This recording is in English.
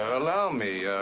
allow me, ah.